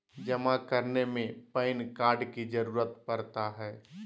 जमा करने में पैन कार्ड की जरूरत पड़ता है?